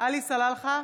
עלי סלאלחה,